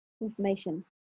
Information